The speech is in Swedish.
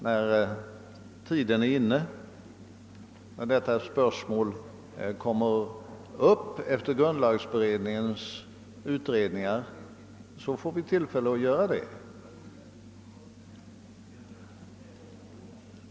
När tiden är inne och detta spörsmål kommer upp efter grundlagberedningens utredningar får vi tillfälle att göra det.